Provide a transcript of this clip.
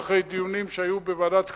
ואחרי שהיו דיונים בוועדת הכספים,